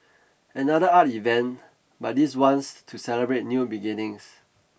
another art event but this one's to celebrate new beginnings